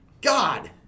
god